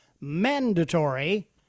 mandatory